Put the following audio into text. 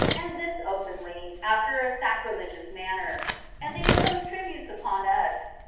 and this openly, after a sacrilegious manner and they impose tributes upon us,